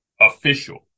official